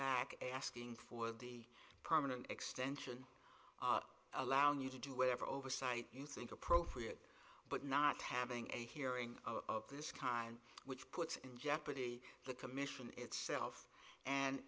back asking for the permanent extension allowing you to do whatever oversight you think appropriate but not having a hearing of this kind which puts in jeopardy the commission itself and